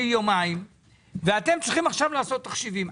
יומיים שעכשיו אתם צריכים לעשות תחשיבים,